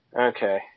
Okay